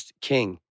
king